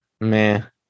Man